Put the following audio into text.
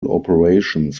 operations